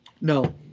No